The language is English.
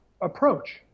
approach